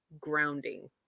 grounding